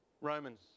Romans